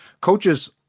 coaches